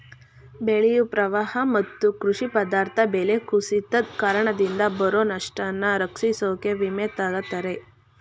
ಬೆಳೆಯು ಪ್ರವಾಹ ಮತ್ತು ಕೃಷಿ ಪದಾರ್ಥ ಬೆಲೆ ಕುಸಿತದ್ ಕಾರಣದಿಂದ ಬರೊ ನಷ್ಟನ ರಕ್ಷಿಸೋಕೆ ವಿಮೆ ತಗತರೆ